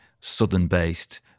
southern-based